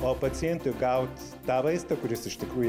o pacientui gaut tą vaistą kuris iš tikrųjų